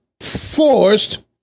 forced